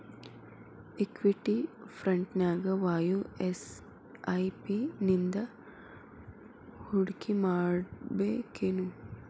Equity ಫ್ರಂಟ್ನ್ಯಾಗ ವಾಯ SIP ನಿಂದಾ ಹೂಡ್ಕಿಮಾಡ್ಬೆಕೇನು?